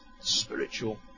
spiritual